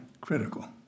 critical